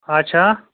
اَچھا